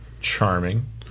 Charming